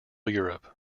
europe